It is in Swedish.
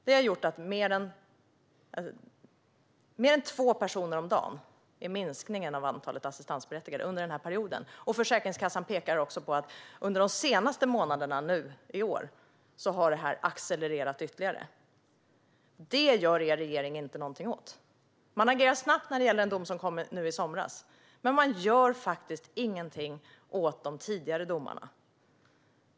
Det har gjort att antalet assistansberättigade personer under denna period har minskat med fler än två om dagen. Försäkringskassan pekar också på att detta har accelererat ytterligare under de senaste månaderna i år. Detta gör er regering ingenting åt. Man agerar snabbt när det gäller en dom som kom i somras, men man gör faktiskt ingenting åt de tidigare domarna.